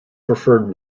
preferred